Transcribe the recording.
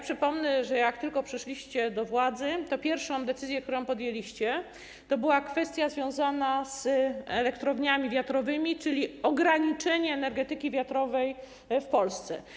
Przypomnę, że jak tylko doszliście do władzy, to pierwsza decyzja, którą podjęliście, dotyczyła kwestii związanej z elektrowniami wiatrowymi, czyli ograniczeniem energetyki wiatrowej w Polsce.